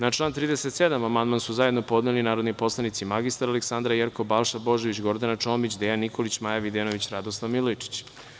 Na član 37. amandman su zajedno podneli narodni poslanici mr Aleksandra Jerkov, Balša Božović, Gordana Čomić, Dejan Nikolić, Maja Videnović i Radoslav Milojičić.